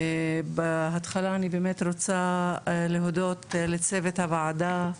בהתחלה אני באמת רוצה להודות לצוות הוועדה,